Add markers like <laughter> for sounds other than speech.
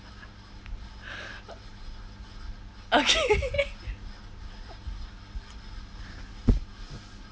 okay <laughs>